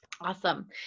awesome